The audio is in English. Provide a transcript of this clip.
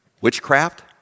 witchcraft